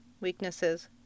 weaknesses